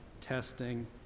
testing